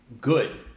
good